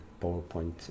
PowerPoint